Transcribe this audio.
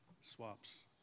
swaps